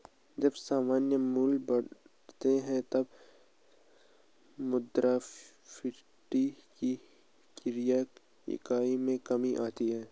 जब सामान्य मूल्य बढ़ते हैं, तब मुद्रास्फीति की क्रय इकाई में कमी आती है